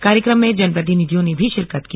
कार्यक्रम में जनप्रतिनिधियों ने भी शिरकत की